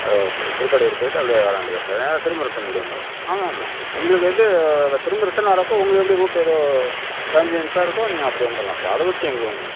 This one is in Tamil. அதா திருக்கடையூர் போய்ட்டு அப்பயே வர வேண்டியதுதான் சார் ஏன்னா திரும்ப ரிட்டன் இப்படி வந்துடலாம் ஆமா ஆமா உங்களுக்கு எது திரும்ப ரிட்டன் வரப்போ உங்களுக்கு எப்படி ரூட் எது கன்வினியன்ஸாக இருக்கோ நீங்கள் அப்படி வந்துடலாம் சார் அதை பற்றி எங்களுக்கு ஒன்றும் இல்லை